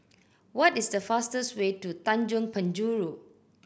what is the fastest way to Tanjong Penjuru